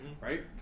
right